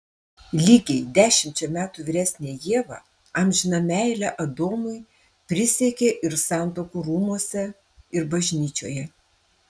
lygiai dešimčia metų vyresnė ieva amžiną meilę adomui prisiekė ir santuokų rūmuose ir bažnyčioje